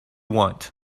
want